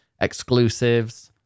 exclusives